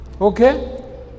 Okay